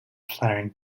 flaring